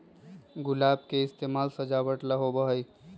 गुलाब के इस्तेमाल सजावट ला होबा हई